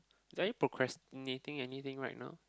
are you procrastinating anything right now